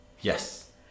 Yes